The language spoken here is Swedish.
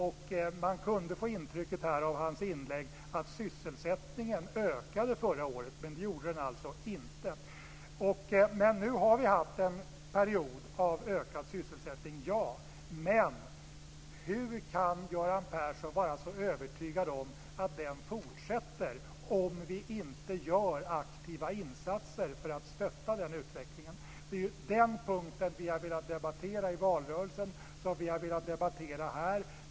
Man kunde få intrycket av hans inlägg att sysselsättningen ökade förra året, men det gjorde den alltså inte. Nu har vi haft en period av ökad sysselsättning. Men hur kan Göran Persson vara så övertygad om att den fortsätter om vi inte gör aktiva insatser för att stötta den utvecklingen? Det är den punkten vi har velat debattera i valrörelsen och som vi har velat debattera här.